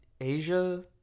Asia